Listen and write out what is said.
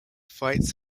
fights